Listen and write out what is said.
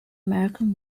american